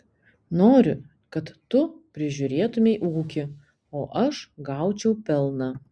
noriu kad tu prižiūrėtumei ūkį o aš gaučiau pelną